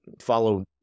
follow